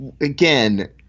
Again